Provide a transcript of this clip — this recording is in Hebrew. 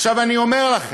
עכשיו, אני אומר לכם,